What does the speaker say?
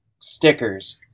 stickers